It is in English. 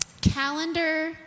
calendar